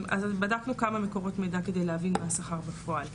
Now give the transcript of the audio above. אז בדקנו כמה מקורות מידע כדי להבין מה השכר בפועל.